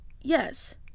Yes